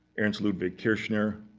ernst ludwig kirchner,